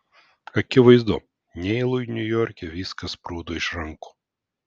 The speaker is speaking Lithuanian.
akivaizdu neilui niujorke viskas sprūdo iš rankų